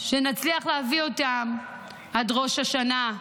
שנצליח להביא אותם עד ראש השנה.